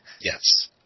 Yes